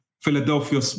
Philadelphia